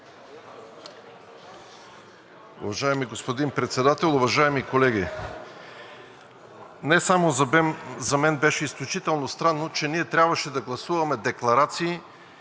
Уважаеми господин Председател, уважаеми колеги! Не само за мен беше изключително странно, че ние трябваше да гласуваме декларация